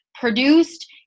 Produced